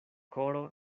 koro